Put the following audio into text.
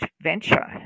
venture